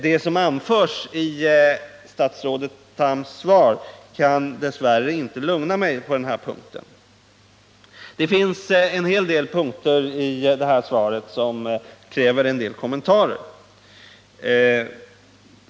Det som anförs i statsrådet Thams svar kan dess värre inte lugna mig på denna punkt. Det finns en hel del punkter i svaret som kräver kommentarer.